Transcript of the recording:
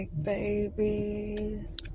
babies